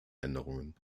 änderungen